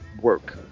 work